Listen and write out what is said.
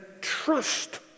trust